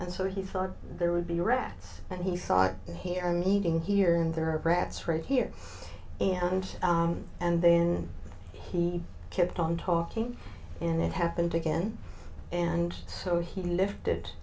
and so he thought there would be rats and he thought here are meeting here and there are brats right here and and then he kept on talking and it happened again and so he lifted